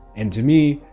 and to me,